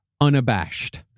unabashed